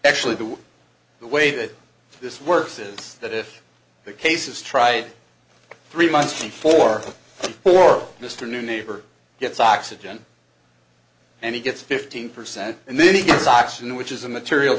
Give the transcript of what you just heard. actually do the way that this works is that if the case is tried three months before or just a new neighbor gets oxygen and he gets fifteen percent and then he gets oxygen which is a material